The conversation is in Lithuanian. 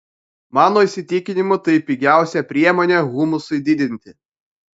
mano įsitikinimu tai pigiausia priemonė humusui didinti